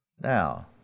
Now